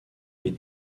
les